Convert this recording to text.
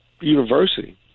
university